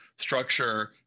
structure